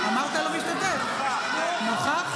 הצבעתי